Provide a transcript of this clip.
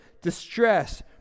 distress